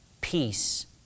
Peace